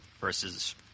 versus